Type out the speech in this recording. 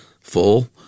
full